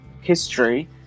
history